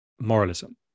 moralism